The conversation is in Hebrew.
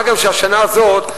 מה גם שהשנה הזאת,